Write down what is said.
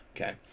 okay